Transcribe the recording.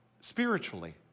spiritually